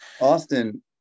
Austin